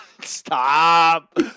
Stop